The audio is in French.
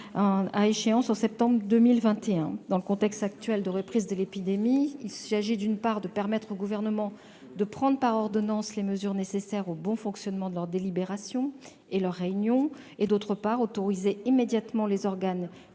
à échéance en septembre 2021. Dans le contexte actuel de reprise de l'épidémie, il s'agit, d'une part, de permettre au Gouvernement de prendre par ordonnance les mesures nécessaires au bon fonctionnement des réunions et des délibérations de ces entités et, d'autre part, d'autoriser immédiatement les organes